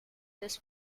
this